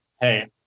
hey